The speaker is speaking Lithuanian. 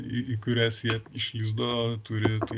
į į kurias jie iš lizdo turėtų